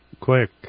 quick